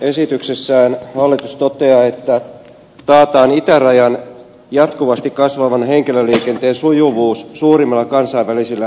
talousarvioesityksessään hallitus toteaa että taataan itärajan jatkuvasti kasvavan henkilöliikenteen sujuvuus suurimmilla kansainvälisillä rajanylityspaikoilla